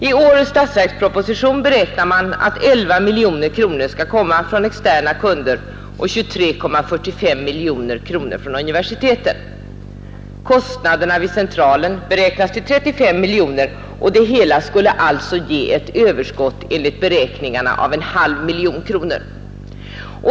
I årets statsverksproposition beräknar man att 11 miljoner kronor skall komma från externa kunder och 23,45 miljoner kronor från universiteten. Kostnaderna vid centralerna beräknas till 35 miljoner kronor, och det hela skulle alltså ge ett överskott av en halv miljon kronor.